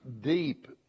deep